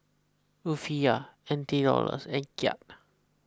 Rufiyaa N T Dollars and Kyat